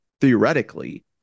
theoretically